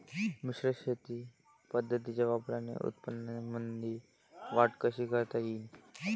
मिश्र शेती पद्धतीच्या वापराने उत्पन्नामंदी वाढ कशी करता येईन?